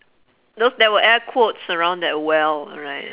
those there were air quotes around that well right